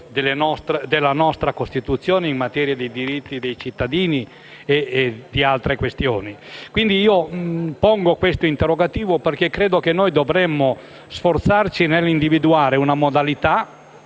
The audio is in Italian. della nostra Costituzione in materia di diritti dei cittadini e altre questioni? Pongo questo interrogativo perché credo che dovremmo sforzarci di individuare una modalità.